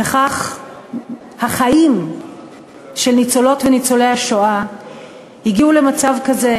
וכך החיים של ניצולות וניצולי השואה הגיעו למצב כזה,